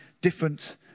different